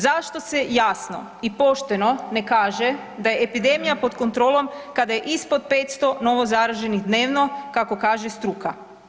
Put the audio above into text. Zašto se jasno i pošteno ne kaže da epidemija pod kontrolom kada je ispod 500 novo zaraženih dnevno kako kaže struka.